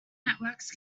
networks